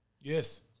Yes